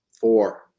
four